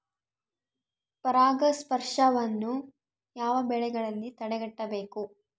ಪರಾಗಸ್ಪರ್ಶವನ್ನು ಯಾವ ಬೆಳೆಗಳಲ್ಲಿ ತಡೆಗಟ್ಟಬೇಕು?